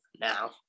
now